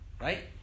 right